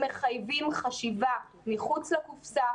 זה מחייב חשיבה מחוץ לקופסה,